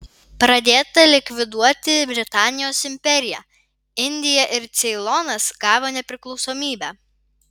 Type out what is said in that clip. pradėta likviduoti britanijos imperiją indija ir ceilonas gavo nepriklausomybę